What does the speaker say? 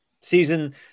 Season